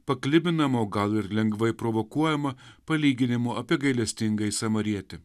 paklibinama o gal ir lengvai provokuojama palyginimu apie gailestingąjį samarietį